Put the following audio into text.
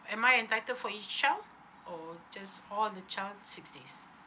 am I entitled for each child or just all the child six days